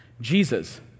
Jesus